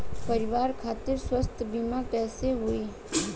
परिवार खातिर स्वास्थ्य बीमा कैसे होई?